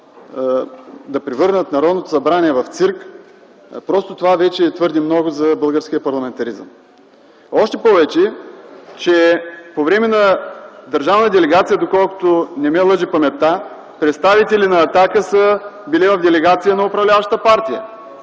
да превърнат Народното събрание в цирк, това вече е твърде много за българския парламентаризъм! Още повече, по време на държавна делегация, ако не ме лъже паметта, представители на „Атака” са били в делегацията на управляващата партия.